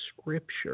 Scripture